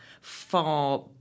far